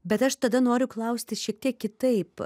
bet aš tada noriu klausti šiek tiek kitaip